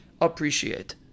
appreciate